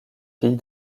fille